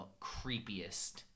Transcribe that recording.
creepiest